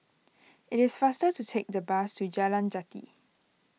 it is faster to take the bus to Jalan Jati